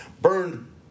burned